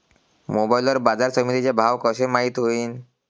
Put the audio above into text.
Mobile वर बाजारसमिती चे भाव कशे माईत होईन?